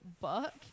book